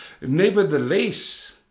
nevertheless